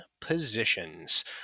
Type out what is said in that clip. positions